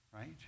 Right